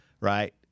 right